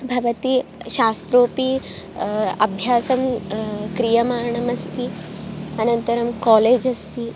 भवती शास्त्रमपि अभ्यासं क्रियमाणमस्ति अनन्तरं कोलेज् अस्ति